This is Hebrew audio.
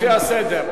לפי הסדר.